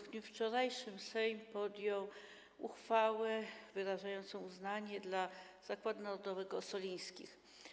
W dniu wczorajszym Sejm podjął uchwałę wyrażającą uznanie dla Zakładu Narodowego im. Ossolińskich.